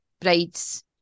bride's